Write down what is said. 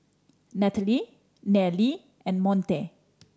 Nnathaly Nellie and Monte